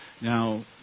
Now